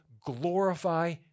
glorify